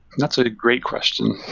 that's a great question.